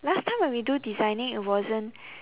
last time when we do designing it wasn't